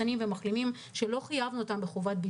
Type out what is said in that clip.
מחובת בידוד למחוסנים ולמחלימים ששבו מהרבה מאוד מדינות בעולם,